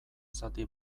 zati